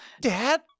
Dad